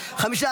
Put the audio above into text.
(תיקון מס'